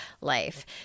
life